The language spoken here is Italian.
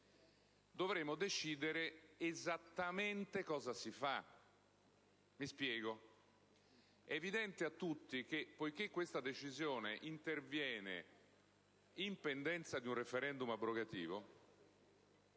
dovremmo decidere esattamente che cosa si fa, e mi spiego. È evidente a tutti che, poiché questa decisione interviene in pendenza di un *referendum* abrogativo,